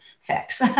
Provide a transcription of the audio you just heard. fix